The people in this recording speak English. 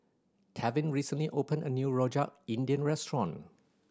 Tevin recently opened a new Rojak India restaurant